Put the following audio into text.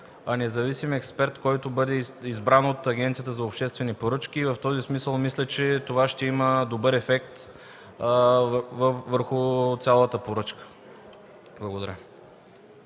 а независим експерт, който бъде избран от Агенцията за обществени поръчки. В този смисъл мисля, че това ще има добър ефект върху цялата поръчка. Благодаря.